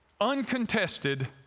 uncontested